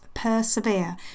Persevere